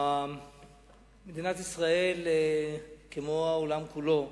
מדינת ישראל, כמו העולם כולו,